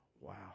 Wow